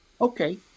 Okay